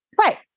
Right